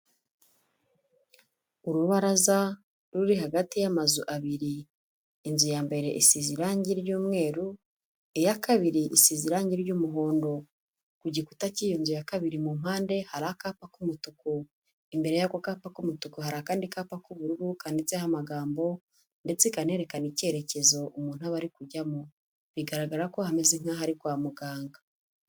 Urubaraza ruri hagati y'amazu abiri. Inzu ya mbere isize irangi ry'umweru. Iya kabiri isize irangi ry'umuhondo. Ku gikuta cy'iyo nzu ya kabiri mu mpande hari akapa k'umutuku. Imbere y'ako kapa k'umutuku hari akandi kapa k'ubururu kananditseho amagambo ndetse kanerekana icyerekezo umuntu aba arikujyamo. Bigaragara ko hameze nk'aho ari ari kwa muganga.